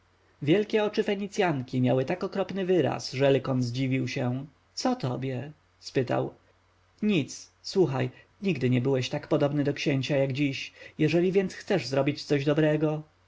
wielkie oczy fenicjanki miały tak okropny wyraz że lykon zdziwił się co tobie spytał nic słuchaj nigdy nie byłeś tak podobny do księcia jak dziś jeżeli więc chcesz zrobić coś dobrego